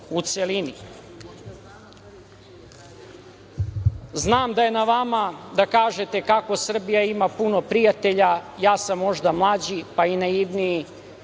da je na vama da kažete kako Srbija ima puno prijatelja, ja sam možda mlađi, pa i naivniji,